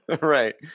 Right